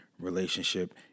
relationship